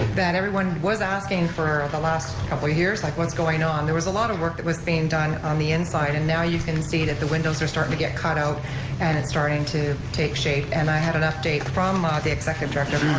that everyone was asking for the last couple years, like what's going on? there was a lot of work that was being done on the inside and now you can see that the windows are starting to get cut out and it's starting to take shape, and i had an update from ah the executive director,